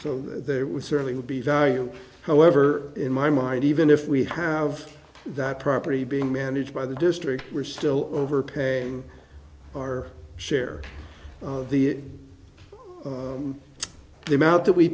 so they would certainly would be value however in my mind even if we have that property being managed by the district we're still overpaying our share of the the amount that we